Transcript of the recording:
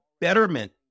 betterment